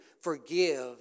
forgive